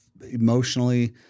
emotionally